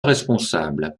responsables